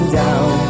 down